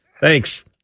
Thanks